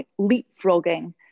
leapfrogging